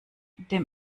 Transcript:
dem